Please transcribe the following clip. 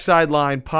Sideline